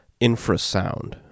Infrasound